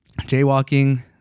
jaywalking